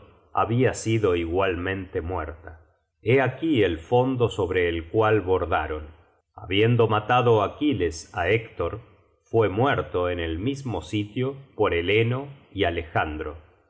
habia sido igualmente muerta hé aquí el fondo sobre el cual bordaron habiendo matado aquiles á héctor fue muerto en el mismo sitio por eleno y alejandro